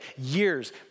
years